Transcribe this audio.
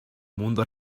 mundo